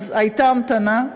אז הייתה המתנה,